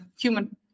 human